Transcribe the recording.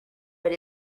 but